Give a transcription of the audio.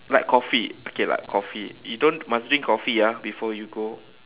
like coffee okay like coffee you don't must drink coffee ah before you go